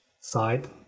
side